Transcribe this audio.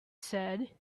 said